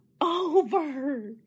over